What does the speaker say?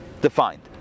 defined